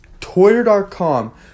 Twitter.com